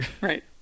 Right